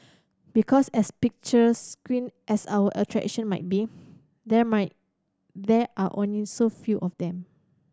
because as picturesque as our attraction might be there might there are only so few of them